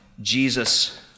Jesus